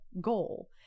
goal